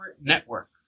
network